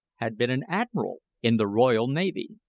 had been an admiral in the royal navy.